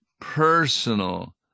personal